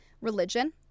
Religion